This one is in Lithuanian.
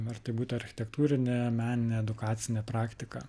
ar tai būtų architektūrinė meninė edukacinė praktika